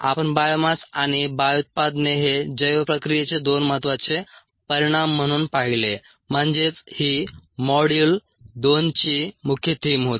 आपण बायोमास आणि बायो उत्पादने हे जैव प्रक्रियेचे दोन महत्त्वाचे परिणाम म्हणून पाहिले म्हणजेच ही मॉड्यूल 2 ची मुख्य थीम होती